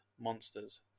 monsters